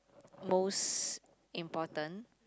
most important